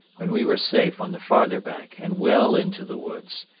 when we were safe on the farther bank and well into the woods,